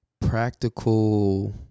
practical